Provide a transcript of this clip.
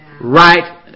Right